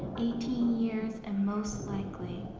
eighteen years and most likely.